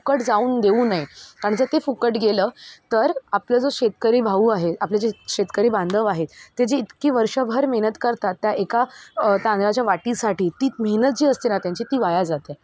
फुकट जाऊन देऊ नये कारण जर ते फुकट गेलं तर आपलं जो शेतकरी भाऊ आहे आपले जे शेतकरी बांधव आहेत ते जी इतकी वर्षभर मेहनत करतात त्या एका तांदळाच्या वाटीसाठी ती मेहनत जी असते ना त्यांची ती वाया जाते